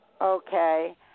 Okay